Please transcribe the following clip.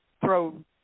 throw